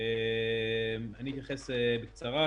אני אתייחס בקצרה.